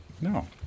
No